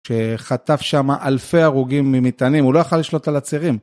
שחטף שם אלפי הרוגים ממטענים, הוא לא יכול לשלוט על הצירים.